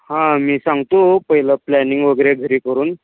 हां मी सांगतो पहिलं प्लॅनिंग वगैरे घरी करून